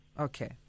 Okay